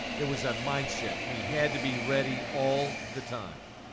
it was that mindset, we had to be ready all the time.